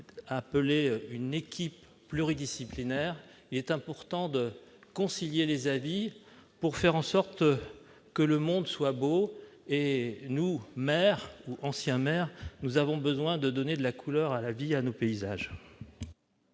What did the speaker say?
évoqué des équipes pluridisciplinaires : il est en effet important de conjuguer les avis pour faire en sorte que le monde soit beau. Maires ou anciens maires, nous avons besoin de donner de la couleur à la vie, à nos paysages.